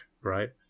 right